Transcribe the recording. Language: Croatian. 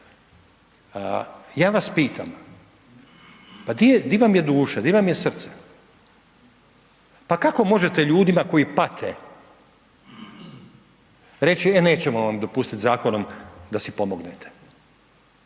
Ja vas pitam, pa di vam je duša, di vam je srce? Pa kako možete ljudima koji pate, reći, e nećemo vam dopustiti zakonom da si pomognete.